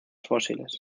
fósiles